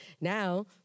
Now